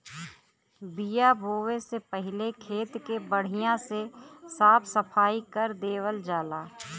बिया बोये से पहिले खेत के बढ़िया से साफ सफाई कर देवल जाला